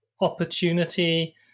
opportunity